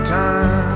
time